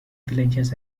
villagers